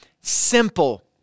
Simple